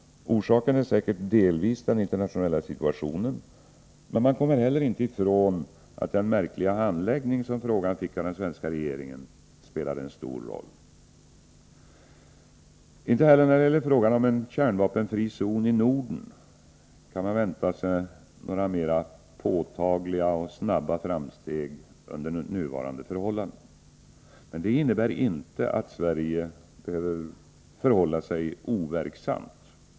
Orsaken är säkert delvis den internationella situationen. Men man kommer heller inte ifrån att den märkliga handläggning som frågan blev föremål för inom den svenska regeringen spelade en stor roll. Inte heller när det gäller frågan om en kärnvapenfri zon i Norden kan man vänta sig några mera påtagliga och snabba framsteg under nuvarande förhållanden. Det innebär inte att Sverige behöver förhålla sig overksamt.